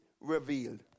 revealed